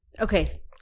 Okay